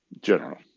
general